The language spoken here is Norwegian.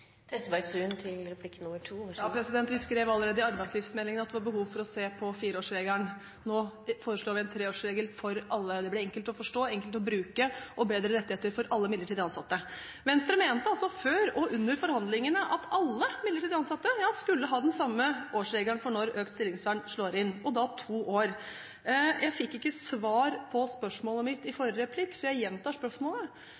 til ei fast stilling. Det er Venstre godt fornøgd med, og vi er godt fornøgde med at Arbeidarpartiet har snudd, sjølv om det skjedde i aller siste sving. Vi skrev allerede i arbeidslivsmeldingen at det var behov for å se på fireårsregelen, og nå foreslår vi en treårsregel for alle. Det blir enkelt å forstå, enkelt å bruke og bedre rettigheter for alle midlertidig ansatte. Venstre mente før og under forhandlingene at alle midlertidig ansatte skulle ha den samme årsregelen for når økt stillingsvern slår inn, og da to år.